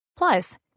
Plus